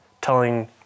telling